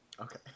Okay